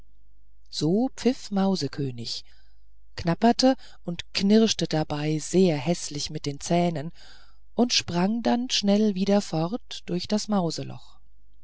so pfiff mausekönig knapperte und knirschte dabei sehr häßlich mit den zähnen und sprang dann schnell wieder fort durch das mauseloch